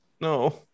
No